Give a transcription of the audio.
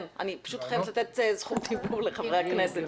אני פשוט חייבת לתת זכות דיבור לחברי הכנסת,